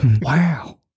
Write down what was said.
Wow